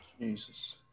Jesus